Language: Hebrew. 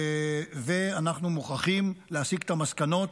ואנחנו מוכרחים להסיק את המסקנות.